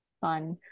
fun